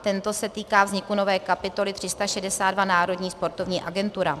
Tento se týká vzniku nové kapitoly 362 Národní sportovní agentura.